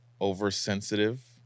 oversensitive